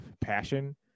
passion